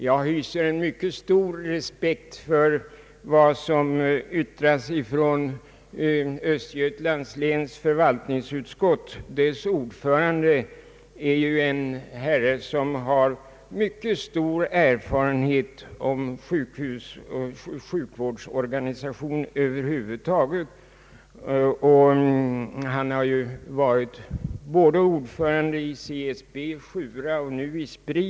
Jag hyser mycket stor respekt för vad som yttras från detta landstings förvaltningsutskott. Dess ordförande är ju en herre som har mycket stor erfarenhet av sjukhus och sjukvårdsorganisation över huvud taget. Han har varit ordförande i både CSB och Sjura och nu i Spri.